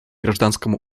гражданскому